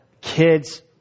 kids